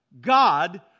God